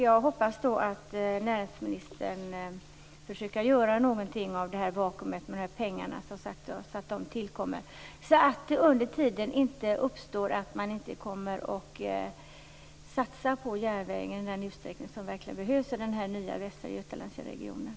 Jag hoppas att näringsministern försöker göra något åt detta vakuum och dessa pengar, så att de tillförs och så att det under tiden inte blir så att man inte satsar på järnvägen i den utsträckning som verkligen behövs i denna nya Västra Götalands-regionen.